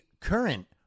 current